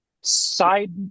Side